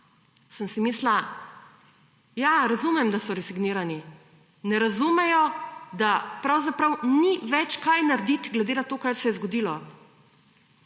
sem si mislila, ja, razumem, da so resignirani, ne razumejo, da pravzaprav ni več kaj naredit, glede na to, kar se je zgodilo.